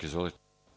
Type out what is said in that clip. Izvolite.